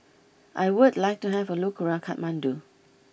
I would like to have a look around Kathmandu